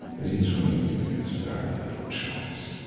that he's really giving us very little choice.